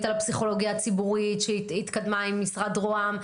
על הפסיכולוגיה הציבורית שהתקדמה עם משרד רוה"מ,